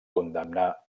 condemnar